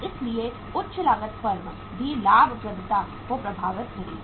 इसलिए उच्च लागत फर्म की लाभप्रदता को प्रभावित करेगी